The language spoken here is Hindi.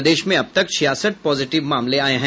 प्रदेश में अब तक छियासठ पॉजिटिव मामले आये हैं